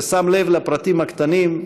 ששם לב לפרטים הקטנים,